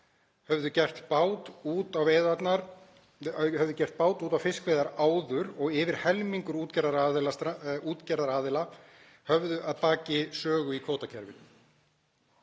hefðu gert bát út á fiskveiðar áður og yfir helmingur útgerðaraðila hafði að baki sögu í kvótakerfinu,